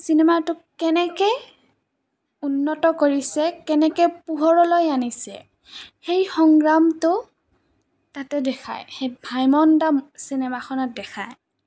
চিনেমাটোক কেনেকৈ উন্নত কৰিছে কেনেকৈ পোহৰলৈ আনিছে সেই সংগ্ৰামটো তাতে দেখায় সেই ভাইমন দা চিনেমাখনত দেখায়